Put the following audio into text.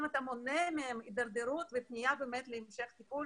אתה מונע מהם הידרדרות ופנייה להמשך טיפול